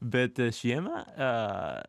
bet žiemą